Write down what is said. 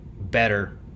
better